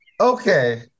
Okay